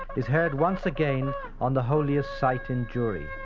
is heard once again on the holiest site in jewry.